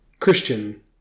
Christian